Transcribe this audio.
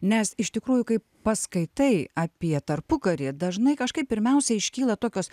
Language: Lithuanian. nes iš tikrųjų kai paskaitai apie tarpukarį dažnai kažkaip pirmiausia iškyla tokios